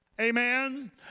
Amen